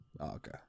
Okay